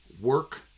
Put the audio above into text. work